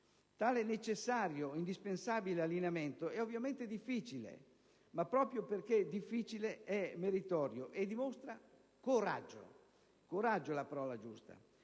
Tale necessario ed indispensabile allineamento è ovviamente difficile, ma proprio perché difficile è meritorio e dimostra coraggio. Coraggio è la parola giusta.